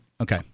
Okay